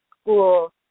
school